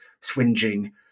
swinging